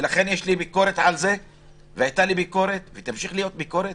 ולכן יש לי ביקורת על זה ותמשיך להיות לי ביקורת,